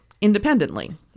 independently